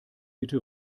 bitte